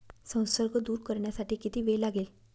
संसर्ग दूर करण्यासाठी किती वेळ लागेल?